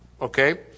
Okay